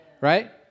right